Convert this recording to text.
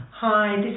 Hi